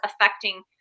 affecting